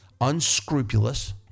unscrupulous